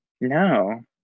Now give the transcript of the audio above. No